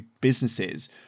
businesses